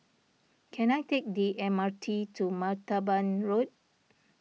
can I take the M R T to Martaban Road